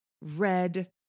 red